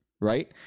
right